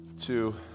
two